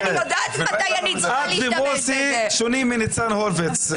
את ומוסי שונים מניצן הורוביץ,